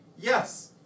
yes